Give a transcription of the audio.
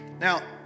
Now